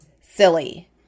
silly